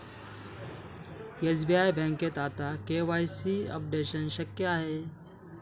SBI बँकेत आता KYC updation शक्य आहे